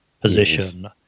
position